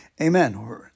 amen